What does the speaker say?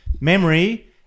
Memory